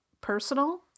personal